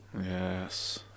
yes